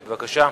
בבקשה.